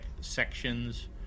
sections